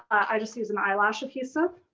i just use an eyelash adhesive.